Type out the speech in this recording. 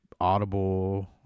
Audible